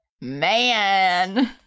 Man